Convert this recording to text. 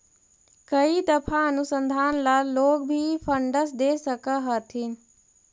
कई दफा अनुसंधान ला लोग भी फंडस दे सकअ हथीन